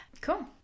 Cool